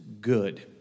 good